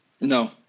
No